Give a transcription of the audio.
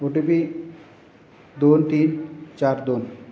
ओ T P दोन तीन चार दोन